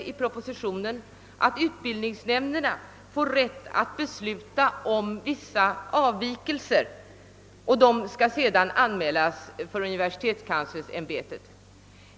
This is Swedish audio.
I propositionen sägs att utbildningsnämn derna får rätt att besluta om vissa avvikelser, vilka sedan skall anmälas för universitetskanslersämbetet.